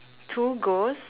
two ghosts